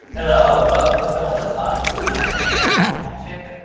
hello, welcome to solarwinds lab. i'm michael young, and patrick,